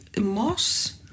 moss